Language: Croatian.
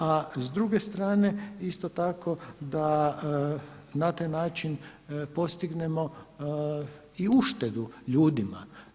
A s druge strane isto tako da na taj način postignemo i uštedu ljudima.